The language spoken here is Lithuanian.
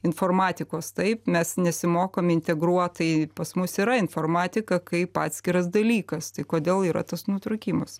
informatikos taip mes nesimokom integruotai pas mus yra informatika kaip atskiras dalykas tai kodėl yra tas nutrūkimas